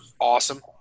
awesome